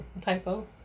Typo